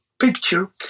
picture